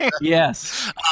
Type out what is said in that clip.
Yes